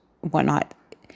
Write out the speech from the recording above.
whatnot